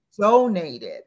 Donated